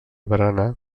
barana